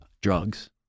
Drugs